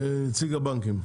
נציג הבנקים.